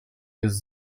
jest